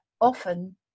often